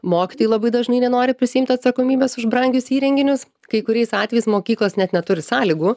mokytojai labai dažnai nenori prisiimt atsakomybės už brangius įrenginius kai kuriais atvejais mokyklos net neturi sąlygų